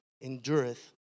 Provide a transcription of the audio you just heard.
endureth